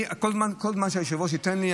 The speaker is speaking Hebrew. כל זמן שהיושב-ראש ייתן לי,